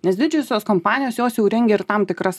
nes didžiosios kompanijos jos jau rengia ir tam tikras